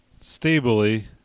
stably